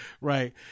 right